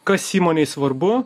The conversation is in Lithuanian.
kas įmonei svarbu